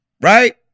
Right